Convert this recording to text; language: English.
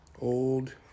old